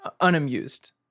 unamused